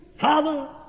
Father